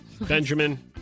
Benjamin